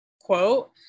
quote